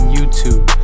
YouTube